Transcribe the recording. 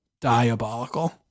diabolical